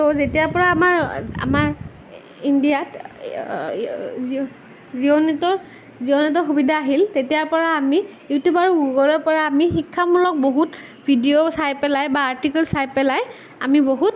আৰু যেতিয়াৰপৰা আমাৰ আমাৰ ইণ্ডিয়াত জিঅ' জিঅ' নেটৰ জিঅ' নেটৰ সুবিধা আহিল তেতিয়াৰ পৰা আমি ইউটিউৱ আৰু গুগুলৰ পৰা আমি শিক্ষামূলক বহুত ভিডিঅ' চাই পেলাই বা আৰ্টিকোল চাই পেলাই আমি বহুত